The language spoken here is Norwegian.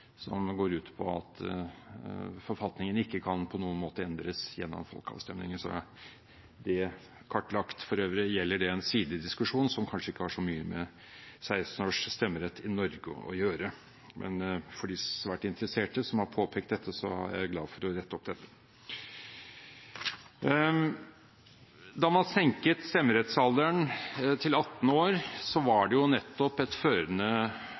som går ut på at forfatningen ikke på noen måte kan endres gjennom folkeavstemninger. Så er det klarlagt. For øvrig gjelder det en sidediskusjon som kanskje ikke har så mye med 16-års stemmerett i Norge å gjøre, men for de svært interesserte som har påpekt dette, er jeg glad for å rette det opp. Da man senket stemmerettsalderen til 18 år, var det et førende